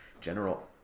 general